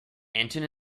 anton